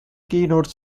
keynote